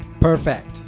Perfect